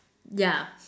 yeah